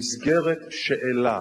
במסגרת שאלה